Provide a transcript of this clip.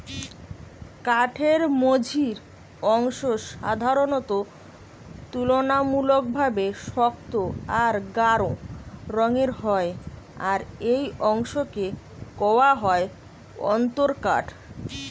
কাঠের মঝির অংশ সাধারণত তুলনামূলকভাবে শক্ত আর গাঢ় রঙের হয় আর এই অংশকে কওয়া হয় অন্তরকাঠ